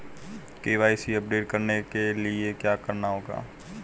KYC update करने के लिए क्या करना होगा?